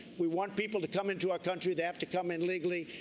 we want people to come into our country. they have to come in legally.